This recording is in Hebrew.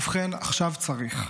ובכן, עכשיו צריך.